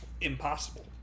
impossible